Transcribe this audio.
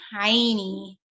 tiny